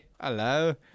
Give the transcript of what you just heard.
Hello